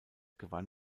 gewann